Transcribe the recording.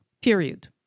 period